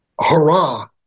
hurrah